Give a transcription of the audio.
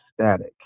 static